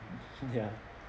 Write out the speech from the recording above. ya